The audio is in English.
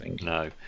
no